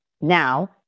now